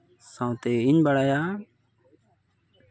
ᱥᱟᱶᱛᱮ ᱤᱧ ᱵᱟᱲᱟᱭᱟ